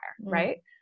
right